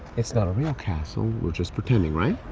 it's not a real castle. we're just pretending, right?